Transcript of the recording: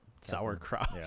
Sauerkraut